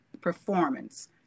performance